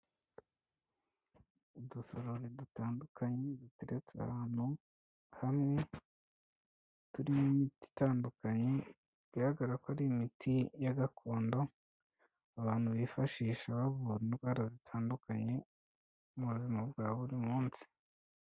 Udusorori dutandukanye duteretse ahantu hamwe turimo imiti itandukanye, bigaragara ko ari imiti ya gakondo abantu bifashisha bavura indwara zitandukanye mu buzima bwa buri munsi.